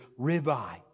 ribeye